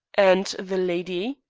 and the lady?